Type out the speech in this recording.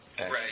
Right